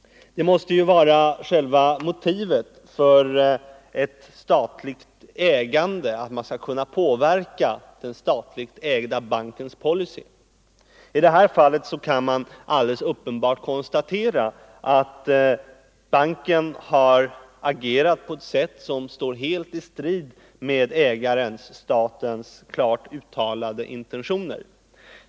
Själva motivet för ett statligt ägande måste ju vara att man skall kunna påverka den statligt ägda bankens policy. I det här fallet är det uppenbart att banken har agerat på ett sätt som står helt i strid med ägarens-statens klart uttalade intentioner.